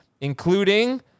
including